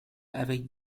avec